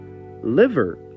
Liver